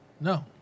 No